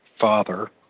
father